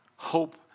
Hope